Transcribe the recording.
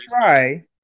try